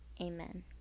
Amen